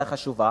והחשובה: